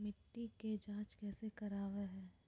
मिट्टी के जांच कैसे करावय है?